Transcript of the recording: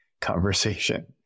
conversation